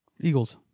Eagles